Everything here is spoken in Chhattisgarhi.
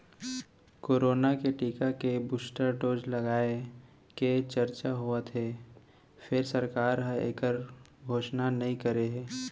कोरोना के टीका के बूस्टर डोज लगाए के चरचा होवत हे फेर सरकार ह एखर घोसना नइ करे हे